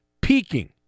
peaking